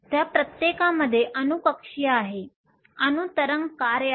त्या प्रत्येकामध्ये अणू कक्षीय आहे अणू तरंग कार्य आहे